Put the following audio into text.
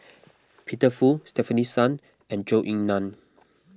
Peter Fu Stefanie Sun and Zhou Ying Nan